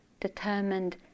determined